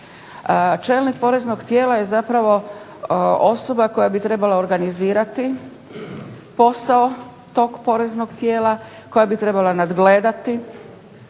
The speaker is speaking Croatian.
Čelnik poreznog tijela je zapravo osoba koja bi trebala organizirati posao tog poreznog tijela, koja bi trebala nadgledati